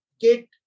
get